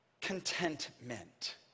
contentment